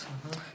mmhmm